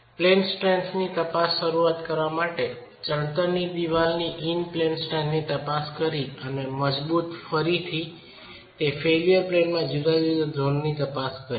plane સ્ટ્રેન્થની તપાસ શરૂ કરવા માટે ચણતરના દિવાલની ઇન પ્લેન સ્ટ્રેન્થની તપાસ કરી અને તે મુજબ ફરીથી ફેઇલ્યર પ્લેનમાં જુદા જુદા ઝોનની તપાસ કરીએ